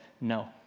no